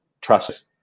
trust